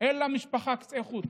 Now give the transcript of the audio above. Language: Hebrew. ואין למשטרה קצה חוט.